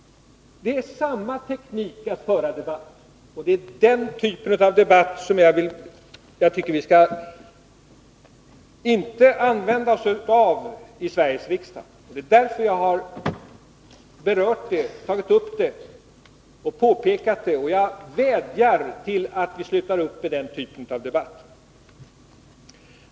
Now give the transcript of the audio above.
Det är samma teknik att föra debatten. Det är den typen av debatt som jag tycker att vi inte skall använda oss av i Sveriges riksdag. Det är därför jag tagit upp detta och påpekat det. Jag vädjar till alla att sluta upp med den typen av debatt.